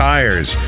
Tires